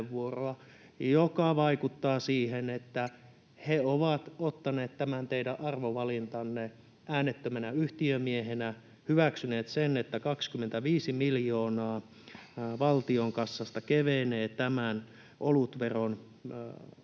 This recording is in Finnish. Vaikuttaa siltä, että he ovat ottaneet tämän teidän arvovalintanne äänettömänä yhtiömiehenä, hyväksyneet sen, että 25 miljoonaa valtion kassasta kevenee tämän olutveron myötä,